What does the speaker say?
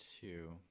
two